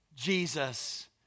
Jesus